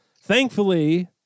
Thankfully